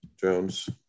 Jones